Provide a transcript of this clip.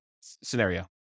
scenario